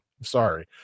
Sorry